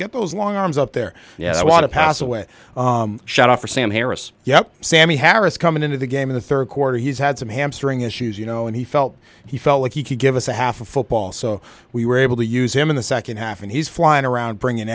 get those long arms out there yes i want to pass away shot off for sam harris yeah sammy harris coming into the game in the third quarter he's had some hamstring issues you know and he felt he felt like he could give us a half of football so we were able to use him in the second half and he's flying around bring in